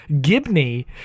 Gibney